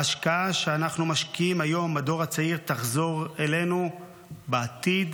ההשקעה שאנחנו משקיעים היום בדור הצעיר תחזור אלינו בעתיד